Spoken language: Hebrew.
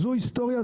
זו היסטוריה,